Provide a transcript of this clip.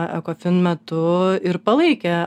ekofin metu ir palaikė